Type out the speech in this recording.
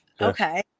Okay